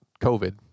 COVID